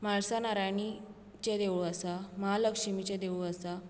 म्हाळसा नारायणीचें देवूळ आसा महालक्षीमीचें देवूळ आसा